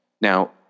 Now